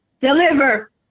deliver